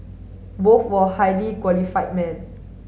both were highly qualified men